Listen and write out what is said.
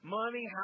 money